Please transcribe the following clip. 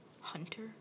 Hunter